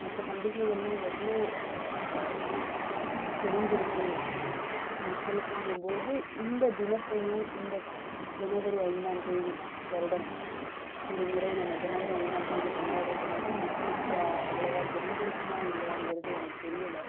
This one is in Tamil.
மற்ற பண்டிகைகள்லாம் எவ்வளோ தெரிஞ்சிருக்கு மக்களுக்குங்கம் போது இந்த தினத்தையும் இந்த ஜனவரி ஐந்தாம் தேதி வருடம் ஒருமுறை நம்ம ஜனவரி ஐந்தாம் தேதி கொண்டாடுறது இல்லாமல் மக்களுக்கு அவ்வளவா தெரிஞ்சிருக்குமா இல்லையாங்கறது எனக்கு தெரியலை